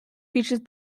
features